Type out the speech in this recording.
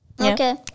Okay